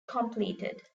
completed